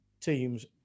teams